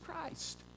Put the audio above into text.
Christ